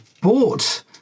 bought